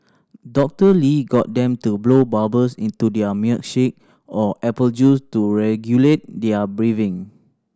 Doctor Lee got them to blow bubbles into their milkshake or apple juice to regulate their breathing